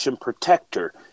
protector